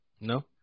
No